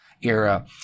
era